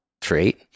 trait